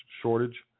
shortage